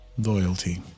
Loyalty